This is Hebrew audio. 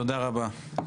תודה רבה.